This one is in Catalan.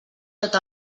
tot